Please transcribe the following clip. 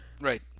Right